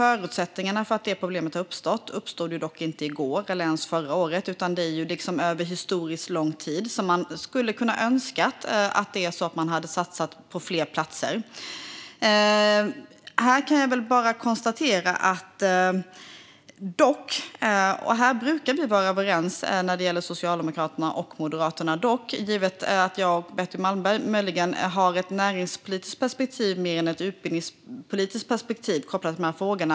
Detta problem uppstod inte i går eller ens förra året, utan det har skett under historiskt lång tid. Man skulle önska att man hade satsat på fler platser. Socialdemokraterna och Moderaterna brukar vara överens i detta sammanhang, dock givet att jag och Betty Malmberg möjligen har ett näringspolitiskt perspektiv mer än ett utbildningspolitiskt perspektiv kopplat till dessa frågor.